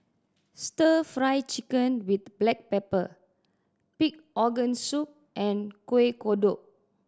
Stir Fry Chicken with black pepper pig organ soup and Kuih Kodok